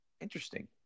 Interesting